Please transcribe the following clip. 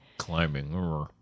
climbing